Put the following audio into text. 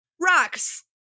rocks